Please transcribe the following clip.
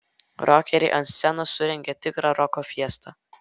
rokeriai ant scenos surengė tikrą roko fiestą